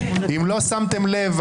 אם לא שמתם לב,